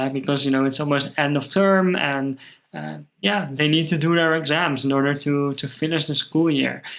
and because you know it's almost end of term, and yeah they need to do their exams in order to to finish the school year.